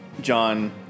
John